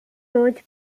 roach